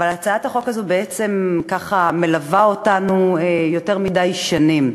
אבל הצעת החוק הזאת בעצם מלווה אותנו יותר מדי שנים.